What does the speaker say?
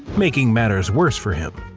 making matters worse for him.